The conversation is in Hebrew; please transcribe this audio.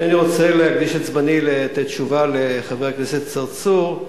אינני רוצה להקדיש את זמני לתשובה לחבר הכנסת צרצור,